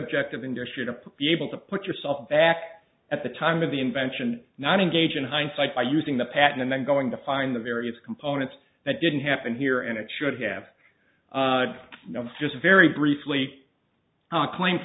objective industry to be able to put yourself back at the time of the invention not engage in hindsight by using the patent and then going to find the various components that didn't happen here and it should have just very briefly a claim